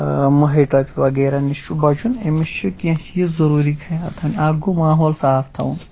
مٔہۍ ٹۄپہِ وغیرہ نِش چھُ بَچُن أمِس چھُ کیٚنٛہہ چیٖز ضروٗری خیال تھاوٕنۍ اَکھ گوٚو ماحول صاف تھاوُن